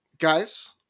guys